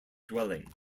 dwelling